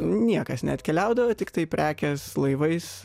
niekas neatkeliaudavo tiktai prekės laivais